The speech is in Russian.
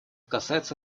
касается